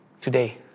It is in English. today